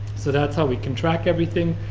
so that's how we can track everything.